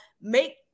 make